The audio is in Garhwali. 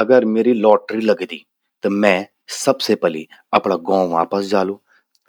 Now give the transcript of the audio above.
अगर म्येरि लॉटरि लगदि, त मैं सबसे पलि अपणा गौं वापस जालु।